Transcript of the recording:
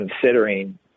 considering